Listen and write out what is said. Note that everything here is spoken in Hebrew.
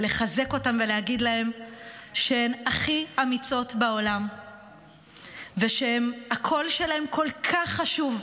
לחזק אותן ולהגיד להן שהן הכי אמיצות בעולם ושהקול שלהן כל כך חשוב,